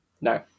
no